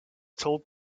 told